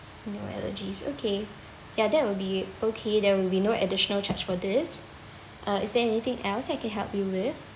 no allergies okay ya that will be okay there will be no additional charge for this uh is there anything else I can help you with